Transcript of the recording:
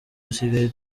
dusigaye